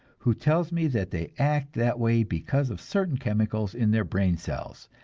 who tells me that they act that way because of certain chemicals in their brain cells,